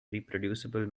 reproducible